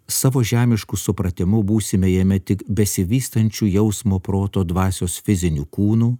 savo žemišku supratimu būsime jame tik besivystančių jausmo proto dvasios fizinių kūnų